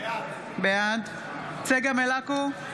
בעד צגה מלקו,